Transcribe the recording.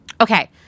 Okay